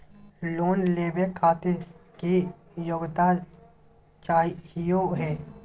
Loan लेवे खातीर की योग्यता चाहियो हे?